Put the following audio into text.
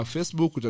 Facebook